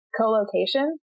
co-location